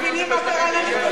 חברת הכנסת נינו אבסדזה ולאחריה,